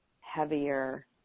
heavier